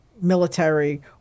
military